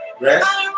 rest